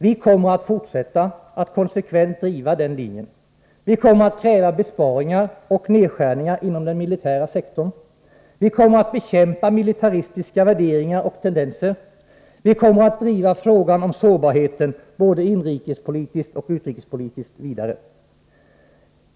Vi kommer att fortsätta att konsekvent driva den linjen. Vi kommer att kräva besparingar och nedskärningar inom den militära sektorn. Vi kommer att bekämpa militaristiska värderingar och tendenser. Vi kommer att driva frågan om sårbarheten, både inrikesoch utrikespolitiskt, vidare.